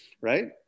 Right